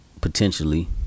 potentially